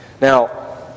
Now